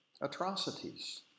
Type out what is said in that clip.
atrocities